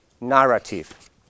narrative